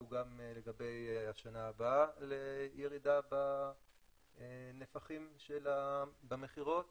הוא גם לגבי השנה הבאה לירידה בנפחים של המכירות,